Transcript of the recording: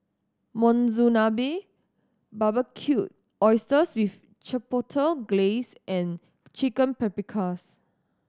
Monsunabe Barbecued Oysters with Chipotle Glaze and Chicken Paprikas